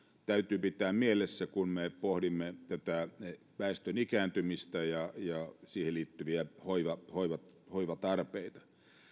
täytyy pitää mielessä kun me pohdimme tätä väestön ikääntymistä ja ja siihen liittyviä hoivatarpeita